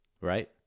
right